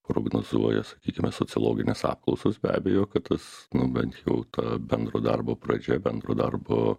prognozuoja sakykime sociologinės apklausos be abejo kad tas nu bent jau ta bendro darbo pradžia bendro darbo